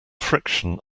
friction